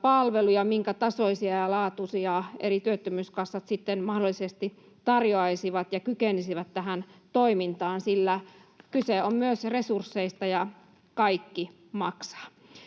minkä tasoisia ja laatuisia eri työttömyyskassat sitten mahdollisesti tarjoaisivat, ja miten ne kykenisivät tähän toimintaan, sillä kyse on myös resursseista ja kaikki maksaa.